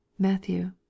Matthew